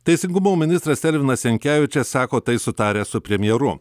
teisingumo ministras elvinas jankevičius sako tai sutaręs su premjeru